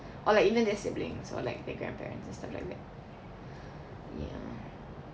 or like even their siblings or like the grandparents and stuff like that ya